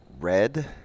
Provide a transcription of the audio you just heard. red